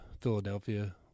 Philadelphia